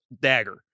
dagger